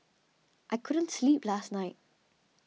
I couldn't sleep last night